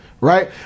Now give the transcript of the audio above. Right